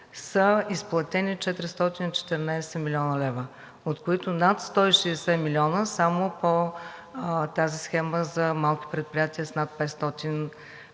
са изплатени 414 млн. лв., от които над 660 милиона само по тази схема за малки предприятия с над 500 хил.